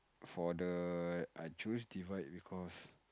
for the I choose divide because